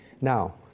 Now